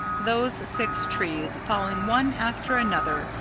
those six trees, falling one after another,